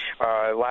Last